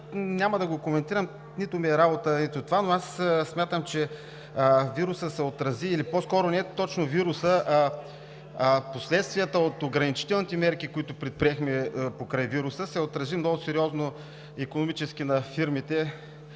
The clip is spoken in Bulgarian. няма да коментирам – нито ми е работа, но аз смятам, че не точно вирусът, а последствията от ограничителните мерки, които предприехме покрай вируса, се отрази много сериозно икономически на фирмите